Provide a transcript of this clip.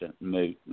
move